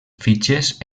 fitxes